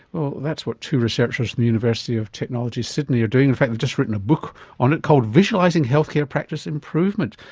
that's what two researchers at the university of technology sydney are doing. in fact they've just written a book on it called visualising health care practice improvement.